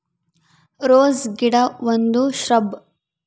rose ಗಿಡ ಒಂದು shrub